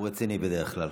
הוא רציני בדרך כלל.